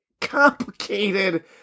complicated